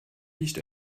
licht